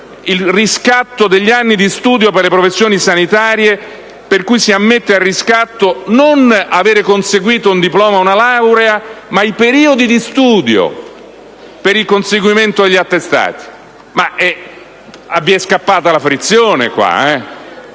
il riscatto degli anni di studio per le professioni sanitarie, nel senso che si ammette al riscatto non il fatto di aver conseguito un diploma o una laurea, ma i periodi di studio per il conseguimento degli attestati. Ma vi è scappata la frizione?